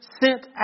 sent